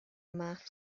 math